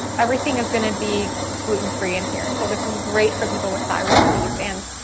everything is gonna be gluten-free in here. so this is great for people with thyroid disease and,